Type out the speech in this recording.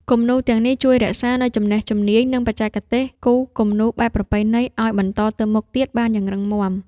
គំនូរទាំងនេះជួយរក្សានូវចំណេះជំនាញ និងបច្ចេកទេសគូរគំនូរបែបប្រពៃណីឱ្យបន្តទៅមុខទៀតបានយ៉ាងរឹងមាំ។